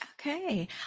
Okay